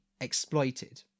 exploited